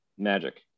Magic